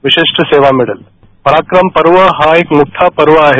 विशिष्ट सेवा मेडल पराक्रम पर्व हा एक मोठा पर्व आहे